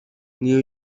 new